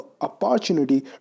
opportunity